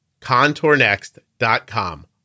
ContourNext.com